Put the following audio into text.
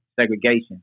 segregation